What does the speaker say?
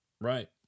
Right